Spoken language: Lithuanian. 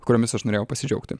kuriomis aš norėjau pasidžiaugti